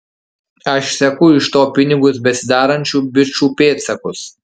aš seku iš to pinigus besidarančių bičų pėdsakus